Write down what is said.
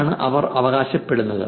അതാണ് അവർ അവകാശപ്പെടുന്നത്